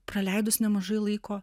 praleidus nemažai laiko